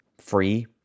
free